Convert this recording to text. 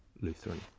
Lutheran